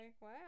wow